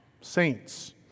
saints